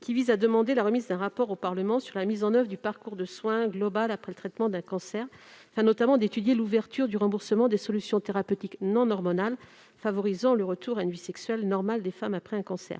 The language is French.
qui vise à demander la remise d'un rapport au Parlement sur la mise en oeuvre du parcours de soins global après le traitement d'un cancer, afin notamment d'étudier l'ouverture du remboursement des solutions thérapeutiques non hormonales favorisant le retour à une vie sexuelle normale des femmes après un cancer.